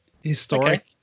historic